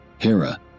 Hera